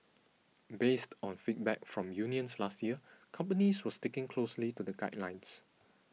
based on feedback from unions last year companies were sticking closely to the guidelines